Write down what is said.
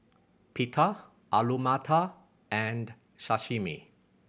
Pita Alu Matar and Sashimi